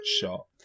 shot